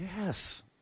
Yes